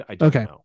Okay